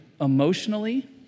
emotionally